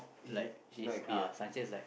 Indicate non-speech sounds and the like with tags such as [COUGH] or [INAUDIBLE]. he he not happy ah [BREATH]